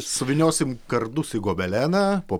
suvyniosim kardus į gobeleną po